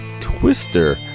Twister